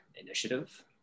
initiative